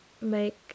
make